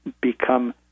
become